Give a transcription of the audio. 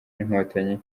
n’inkotanyi